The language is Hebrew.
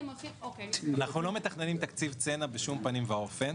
אוקיי --- אנחנו לא מתכננים תקציב צנע בשום פנים ואופן.